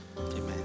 Amen